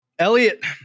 Elliot